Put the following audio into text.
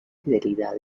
fidelidad